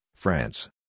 France